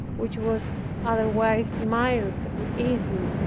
which was otherwise mild and easy.